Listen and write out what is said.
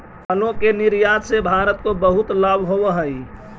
फलों के निर्यात से भारत को बहुत लाभ होवअ हई